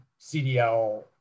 cdl